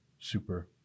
super